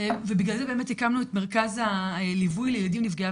ובגלל זה באמת הקמנו את מרכז הליווי לילדים נפגעי